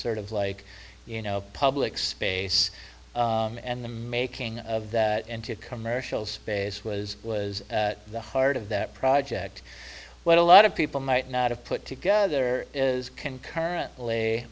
sort of like you know public space and the making of that into commercial space was was the heart of that project what a lot of people might not have put together is concurrently